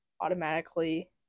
automatically